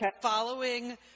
following